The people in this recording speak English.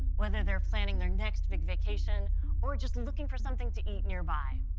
whether they're planning their next big vacation or just looking for something to eat nearby.